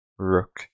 Rook